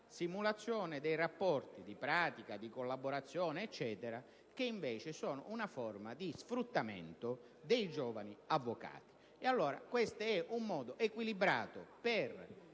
simulazione di rapporti di pratica e collaborazione, che invece sono una forma di sfruttamento dei giovani avvocati. Credo che questo sia un modo equilibrato per